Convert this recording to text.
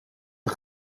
een